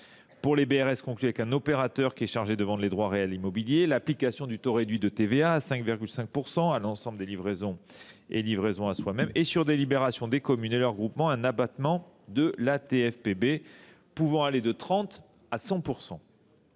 pour les BRS conclus avec un opérateur chargé de vendre les droits réels immobiliers, l’application du taux réduit de TVA à 5,5 % à l’ensemble des livraisons et livraisons à soi même et, sur délibération des communes et de leurs groupements, un abattement de la taxe foncière sur les